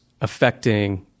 affecting